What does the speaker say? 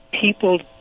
people